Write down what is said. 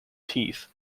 teeth